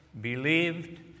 believed